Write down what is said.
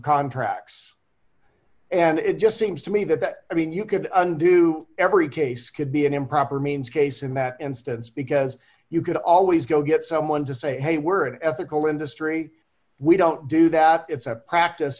contracts and it just seems to me that that i mean you could do every case could be an improper means case in that instance because you could always go get someone to say hey we're an ethical industry we don't do that it's a practice